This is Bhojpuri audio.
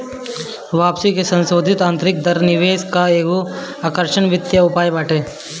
वापसी के संसोधित आतंरिक दर निवेश कअ एगो आकर्षक वित्तीय उपाय बाटे